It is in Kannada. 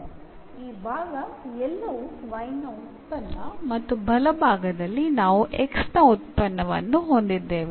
ಈ ಭಾಗ ಎಲ್ಲವೂ y ನ ಉತ್ಪನ್ನ ಮತ್ತು ಬಲಭಾಗದಲ್ಲಿ ನಾವು x ನ ಉತ್ಪನ್ನವನ್ನು ಹೊಂದಿದ್ದೇವೆ